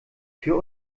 für